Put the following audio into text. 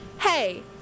Hey